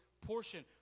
portion